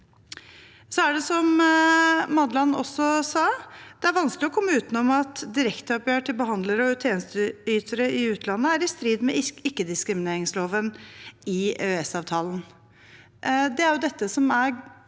sa, vanskelig å komme utenom at direkteoppgjør til behandlere og tjenesteytere i utlandet er i strid med ikke-diskrimineringsloven i EØS-avtalen.